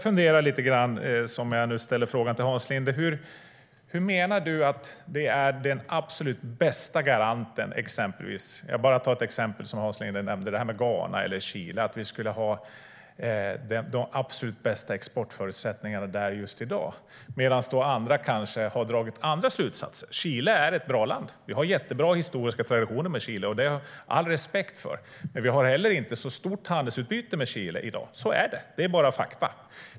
Jag vill ställa en fråga till Hans Linde. Hans Linde nämnde som exempel Ghana och Chile. Hur menar du att vi skulle ha de absolut bästa exportförutsättningarna där just i dag? Andra har kanske dragit andra slutsatser. Chile är ett bra land. Vi har jättebra historiska traditioner med Chile. Det har jag all respekt för. Men vi har heller inte så stort handelsutbyte med Chile i dag. Så är det. Det är bara fakta.